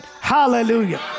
Hallelujah